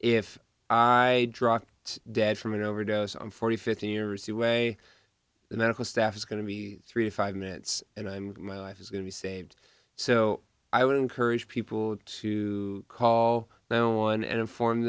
if i dropped dead from an overdose on forty fifty years the way the medical staff is going to be three to five minutes and i mean my life is going to be saved so i would encourage people to call now and inform